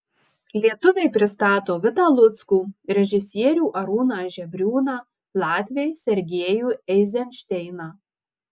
lietuviai pristato vitą luckų režisierių arūną žebriūną latviai sergejų eizenšteiną